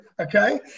okay